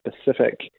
specific